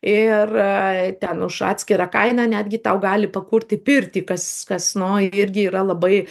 ir ten už atskirą kainą netgi tau gali pakurti pirtį kas kas no irgi yra labai